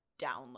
download